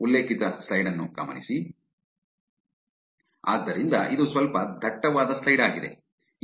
ಆದ್ದರಿಂದ ಇದು ಸ್ವಲ್ಪ ದಟ್ಟವಾದ ಸ್ಲೈಡ್ ಆಗಿದೆ